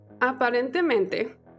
Aparentemente